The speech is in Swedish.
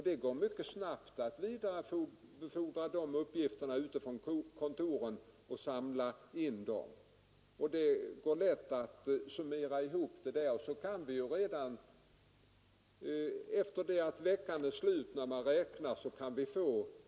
Det går mycket snabbt att vidarebefordra de uppgifterna från kontoren och samla in dem, och det går lätt att göra en sammanräkning varje vecka.